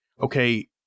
okay